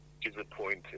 disappointed